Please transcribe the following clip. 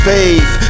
Faith